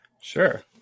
sure